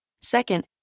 Second